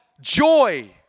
joy